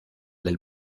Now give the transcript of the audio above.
del